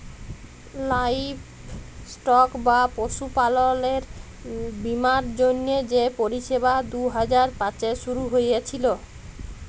livestock বা পশুপাললের বীমার জ্যনহে যে পরিষেবা দু হাজার পাঁচে শুরু হঁইয়েছিল